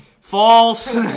False